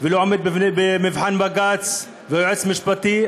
לא עומדים במבחן בג"ץ והיועץ המשפטי.